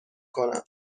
کنم